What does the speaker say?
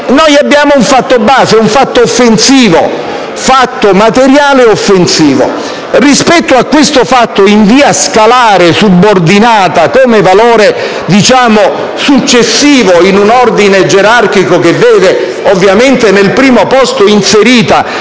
noi abbiamo fatto un fatto base, un fatto materiale offensivo. Rispetto a questo fatto, in via scalare e subordinata, come valore successivo in un ordine gerarchico che vede al primo posto inserita